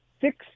six